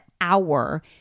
hour